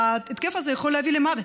וההתקף הזה יכול להביא למוות,